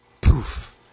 poof